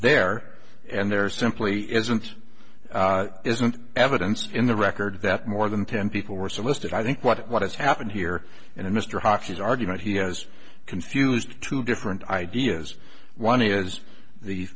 there and there simply isn't isn't evidence in the record that more than ten people were solicited i think what what has happened here and in mr hockey's argument he has confused two different ideas one is the